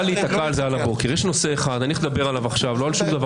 נדבר עליו.